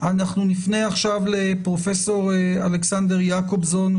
נפנה עכשיו לפרופסור אלכסנדר יעקובסון.